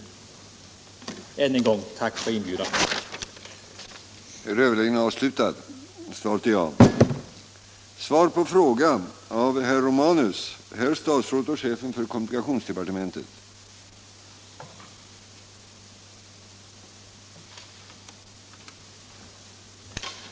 Än en gång tack för att vi = Nr 57 Om en spårbunden förbindelse